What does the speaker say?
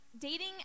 Dating